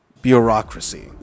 Bureaucracy